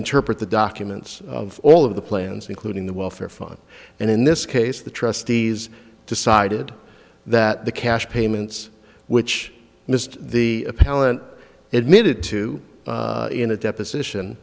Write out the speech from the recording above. interpret the documents of all of the plans including the welfare fund and in this case the trustees decided that the cash payments which missed the appellant admitted to in a deposition